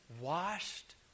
washed